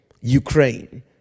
Ukraine